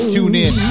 TuneIn